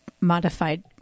modified